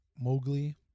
Mowgli